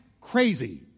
crazy